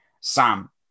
sam